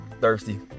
thirsty